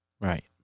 right